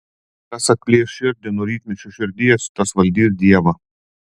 kas atplėš širdį nuo rytmečio širdies tas valdys dievą